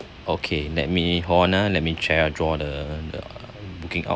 okay let me hold on ah let me check I draw the booking out okay